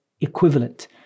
equivalent